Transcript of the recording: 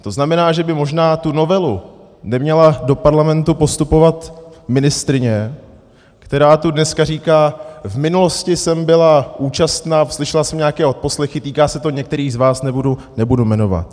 To znamená, že by možná tu novelu neměla do Parlamentu postupovat ministryně, která tu dneska říká: V minulosti jsem byla účastna, slyšela jsem nějaké odposlechy, týká se to některých z vás, nebudu jmenovat.